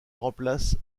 remplace